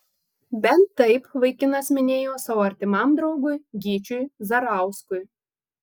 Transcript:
bent taip vaikinas minėjo savo artimam draugui gyčiui zarauskui